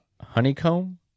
Honeycomb